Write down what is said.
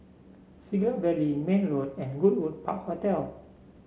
Siglap Valley Mayne Road and Goodwood Park Hotel